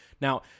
Now